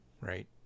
right